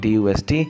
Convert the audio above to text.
DUST